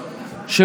עכשיו,